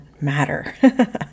matter